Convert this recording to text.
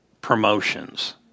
promotions